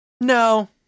No